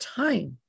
time